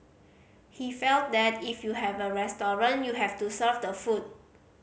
he felt that if you have a restaurant you have to serve the food